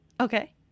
Okay